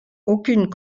aucune